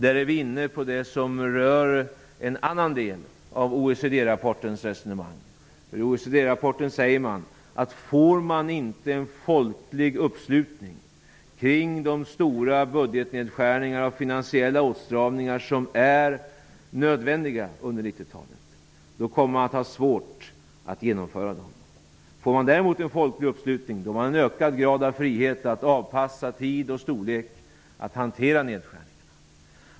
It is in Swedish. Där är vi inne på det som rör en annan del av OECD-rapportens resonemang. I OECD-rapporten sägs det att får man inte en folklig uppslutning kring de stora budgetnedskärningar och finansiella åtstramningar som är nödvändiga under 90-talet, blir det svårt att genomföra dem. Får man däremot en folklig uppslutning har man en ökad grad av frihet att avpassa tid och storlek när det gäller att hantera nedskärningarna.